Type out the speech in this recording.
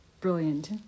brilliant